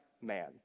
man